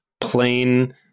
plain